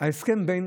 ההסכם בין